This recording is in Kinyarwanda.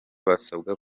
basabwa